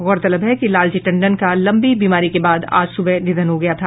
गौरतलब है कि लालजी टंडन का लंबी बीमारी के बाद आज सुबह निधन हो गया था